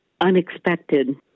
unexpected